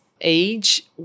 age